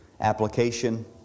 application